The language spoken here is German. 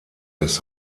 des